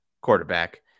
quarterback